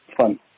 fun